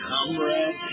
Comrade